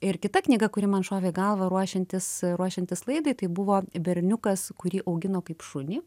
ir kita knyga kuri man šovė į galvą ruošiantis ruošiantis laidai tai buvo berniukas kurį augino kaip šunį